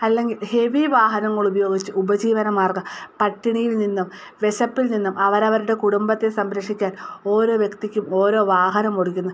അല്ലെങ്കിൽ ഹെവി വാഹനങ്ങൾ ഉപയോഗിച്ചു ഉപജീവന മാർഗ്ഗം പട്ടിണിയിൽ നിന്നും വിശപ്പിൽ നിന്നും അവരവരുടെ കുടുംബത്തെ സംരക്ഷിക്കാൻ ഓരോ വ്യക്തിക്കും ഓരോ വാഹനം ഓടിക്കുന്നു